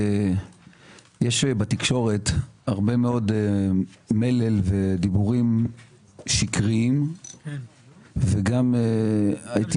יש בתקשורת הרבה מאוד מלל ודיבורים שקריים וגם הייתי